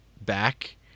back